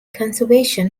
conservation